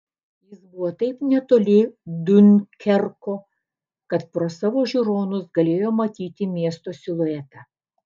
jis buvo taip netoli diunkerko kad pro savo žiūronus galėjo matyti miesto siluetą